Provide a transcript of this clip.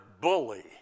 bully